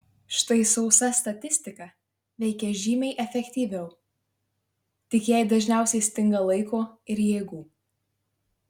štai sausa statistika veikia žymiai efektyviau tik jai dažniausiai stinga laiko ir jėgų